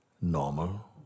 normal